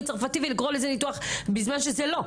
הצרפתי ולקרוא לזה כך בזמן שזה לא כך.